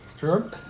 Sure